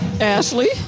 Ashley